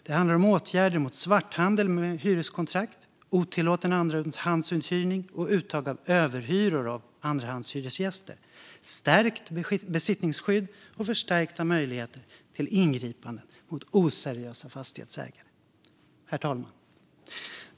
Det handlar om åtgärder mot svarthandel med hyreskontrakt, otillåten andrahandsuthyrning och uttag av överhyror av andrahandshyresgäster, stärkt besittningsskydd och förstärkta möjligheter till ingripanden mot oseriösa fastighetsägare. Herr talman!